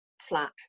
flat